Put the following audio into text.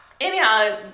anyhow